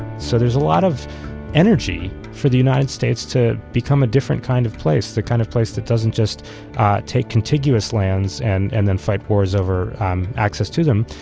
so there's a lot of energy for the united states to become a different kind of place, the kind of place that doesn't just take contiguous lands and and then fight wars over access to them,